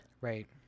Right